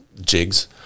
jigs